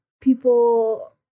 people